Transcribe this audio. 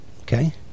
okay